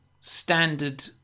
standard